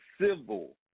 civil